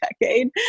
decade